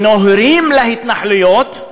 אבל נוהרים להתנחלויות,